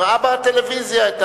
ראה בטלוויזיה.